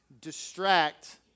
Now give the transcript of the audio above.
distract